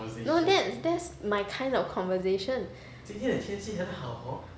no that's that's my kind of conversation